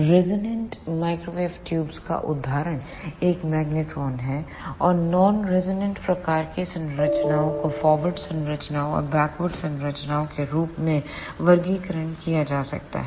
resonant microwave ट्यूबों का उदाहरण एक मैग्नेट्रोन है और नॉन रेजोनेंट प्रकार की संरचनाओं को फॉरवर्ड संरचनाओं और बैकवर्ड संरचनाओं के रूप में वर्गीकृत किया जा सकता है